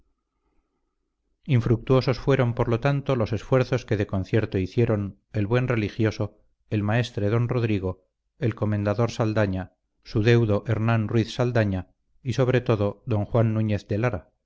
infructuosos fueron por lo tanto los esfuerzos que de concierto hicieron el buen religioso el maestre don rodrigo el comendador saldaña su deudo hemán ruiz saldaña y sobre todo don juan núñez